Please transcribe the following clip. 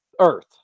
earth